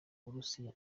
burusiya